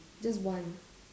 just one